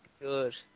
good